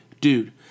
dude